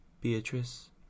Beatrice